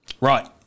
Right